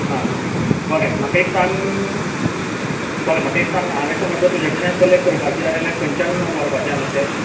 आं बरें म्हाका एक सांग बरें म्हाका एक सांग हांवें समज जर तुज्या कडल्यान कलॅक्ट करपाचे जाले आल्या खंयच्यान व्हरपाचे हांवें ते